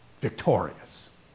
victorious